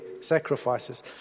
sacrifices